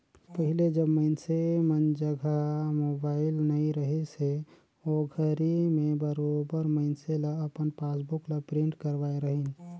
पहिले जब मइनसे मन जघा मोबाईल नइ रहिस हे ओघरी में बरोबर मइनसे न अपन पासबुक ल प्रिंट करवाय रहीन